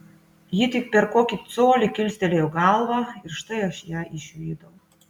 ji tik per kokį colį kilstelėjo galvą ir štai aš ją išvydau